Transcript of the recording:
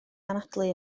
anadlu